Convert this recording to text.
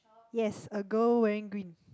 yes a girl wearing green